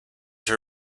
her